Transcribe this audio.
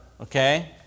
Okay